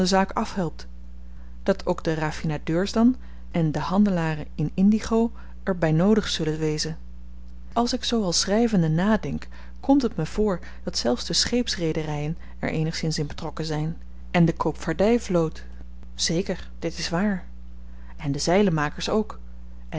de zaak afhelpt dat ook de raffinadeurs dan en de handelaren in indigo er by noodig zullen wezen als ik zoo al schryvende nadenk komt het me voor dat zelfs de scheepsreederyen er eenigszins in betrokken zyn en de koopvaardyvloot zeker dit is waar en de zeilenmakers ook